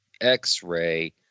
X-ray